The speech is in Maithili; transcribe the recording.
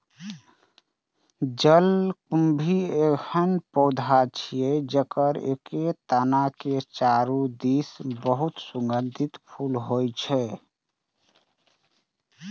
जलकुंभी एहन पौधा छियै, जेकर एके तना के चारू दिस बहुत सुगंधित फूल होइ छै